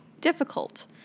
difficult